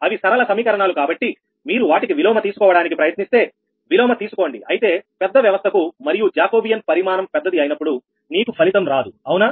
అవి సరళ సమీకరణాలు కాబట్టి మీరు వాటికి విలోమ తీసుకోవడానికి ప్రయత్నిస్తే విలోమ తీసుకోండి అయితే పెద్ద వ్యవస్థకు మరియు జాకోబియన్ పరిమాణం పెద్దది అయినప్పుడు నీకు ఫలితం రాదు అవునా